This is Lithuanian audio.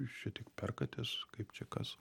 jūs čia tiek perkatės kaip čia kas